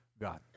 God